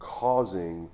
causing